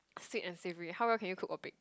sweet and savoury how well can you cook or bake